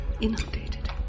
inundated